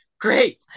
Great